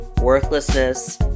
worthlessness